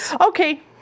okay